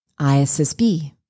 ISSB